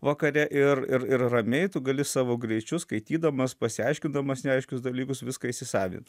vakare ir ir ir ramiai tu gali savo greičiu skaitydamas pasiaiškindamas neaiškius dalykus viską įsisavint